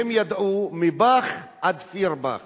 והם ידעו מבאך ועד פיירבאך,